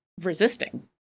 resisting